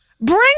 bring